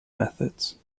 methods